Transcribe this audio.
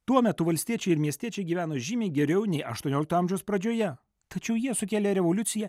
tuo metu valstiečiai ir miestiečiai gyveno žymiai geriau nei aštuoniolikto amžiaus pradžioje tačiau jie sukėlė revoliuciją